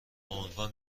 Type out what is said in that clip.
عنوان